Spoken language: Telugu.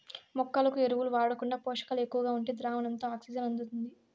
మొక్కలకు ఎరువులు వాడకుండా పోషకాలు ఎక్కువగా ఉండే ద్రావణంతో ఆక్సిజన్ అందుతుంది